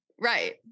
Right